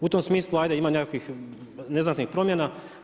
U tom smislu, ajde ima nekakvih neznatnih promjena.